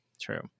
True